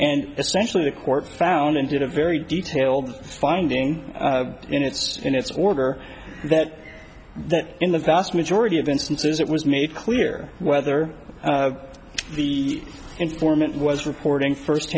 and essentially the court found and did a very detailed finding in its in its order that that in the vast majority of instances it was made clear whether the informant was reporting first